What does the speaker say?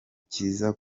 kiza